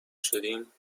شدیم